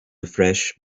afresh